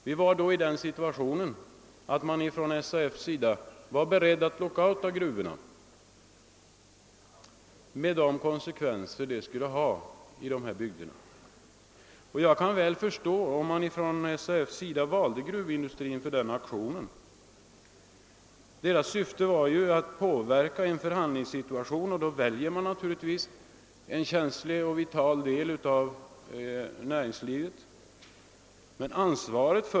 Vi var då i den situationen att SAF var beredd att lockouta gruvorna med de konsekvenser som det skulle ha för dessa bygder. Jag kan väl förstå att SAF valde gruvindustrin för den aktionen — dess syfte var ju att påverka en förhandlingssituation, och då väljer man naturligtvis en känslig och vital del av näringslivet.